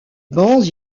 bancs